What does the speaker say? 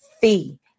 fee